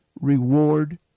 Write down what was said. reward